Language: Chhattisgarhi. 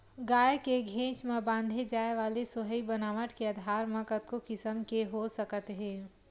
गाय के घेंच म बांधे जाय वाले सोहई बनावट के आधार म कतको किसम के हो सकत हे